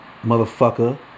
Motherfucker